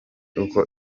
uko